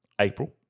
April